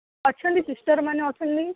ଅଛନ୍ତି ସିଷ୍ଟର୍ମାନେ ଅଛନ୍ତି